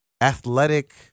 athletic